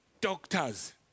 doctors